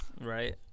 Right